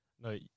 no